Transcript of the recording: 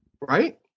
right